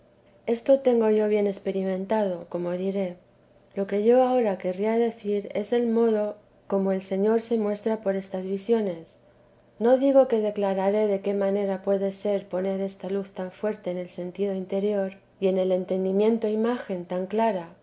esto tengo yo bien experimentado como diré lo que yo ahora querría decir es el modo cómo el m señor se muestra por estas visiones no digo que declararé de qué manera puede ser poner esta luz tan fui en el sentido interior y en el entendimiento imagen tan clara